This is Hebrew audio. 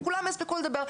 כולם יספיקו לדבר.